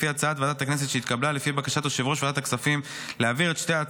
לפי הצעת ועדת הכנסת שהתקבלה לפי בקשת יושב ראש ועדת הכספים,